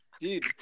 Dude